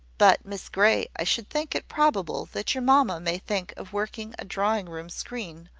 but miss grey, i should think it probable that your mamma may think of working a drawing-room screen,